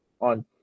on